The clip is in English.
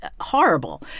horrible